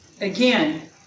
Again